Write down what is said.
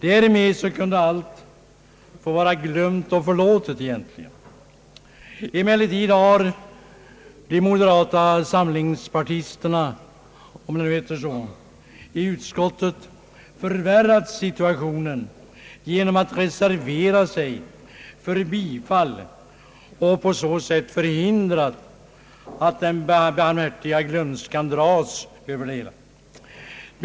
Därmed kunde egentligen allt få vara glömt och förlåtet. Emellertid har de utskottsledamöter som är medlemmar av moderata samlingspartiet förvärrat situationen för sig genom att reservera sig för bifall till motionen och på så sätt förhindrat att gslömskans barmhärtiga slöja dras över deras motion.